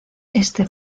este